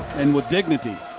and with dignity.